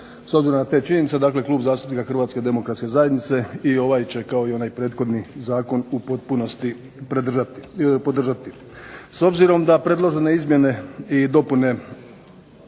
na te činjenice, dakle Klub zastupnika Hrvatske demokratske zajednice i ovaj će, kao i onaj prethodni zakon u potpunosti podržati. S obzirom da predložene izmjene i dopune